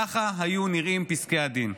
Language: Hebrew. ככה היו נראים פסקי הדין.